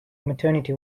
maternity